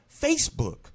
Facebook